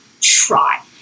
try